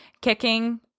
kicking